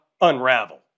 unravel